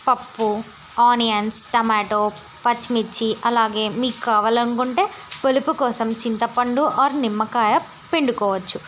పప్పు onions tomato పచ్చిమిర్చి అలాగే మీకు కావాలనుకుంటే పులుపు కోసం చింతపండు ఆర్ నిమ్మకాయ పిండుకోవచ్చు